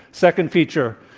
second feature